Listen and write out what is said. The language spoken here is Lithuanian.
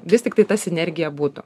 vis tiktai ta sinergija būtų